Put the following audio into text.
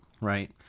right